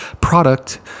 product